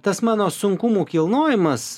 tas mano sunkumų kilnojimas